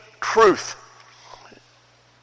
truth